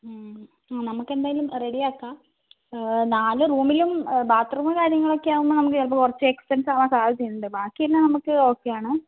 മ്മ് ആ നമുക്കെന്തായാലും റെഡിയാക്കാം നാല് റൂമിലും ബാത്ത്റൂമും കാര്യങ്ങളൊക്കെയാവുമ്പോൾ നമുക്ക് ചിലപ്പോൾ കുറച്ച് എക്സ്പെൻസ് ആവാൻ സാധ്യതയുണ്ട് ബാക്കിയെല്ലാം നമുക്ക് ഓക്കേയാണ്